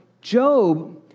Job